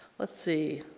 let's see.